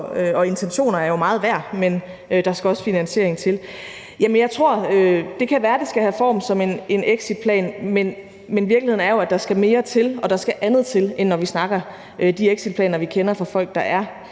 intentioner jo er meget værd, men at der også skal finansiering til. Det kan være, at det skal have form som en exitplan. Men virkeligheden er jo, at der skal mere til og der skal andet til, end når vi snakker om de exitplaner, som vi kender fra folk, der er